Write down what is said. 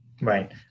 Right